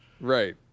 Right